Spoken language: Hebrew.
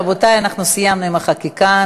רבותי, אנחנו סיימנו עם החקיקה.